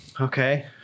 Okay